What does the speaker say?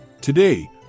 today